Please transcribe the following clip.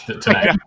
tonight